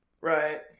Right